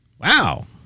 Wow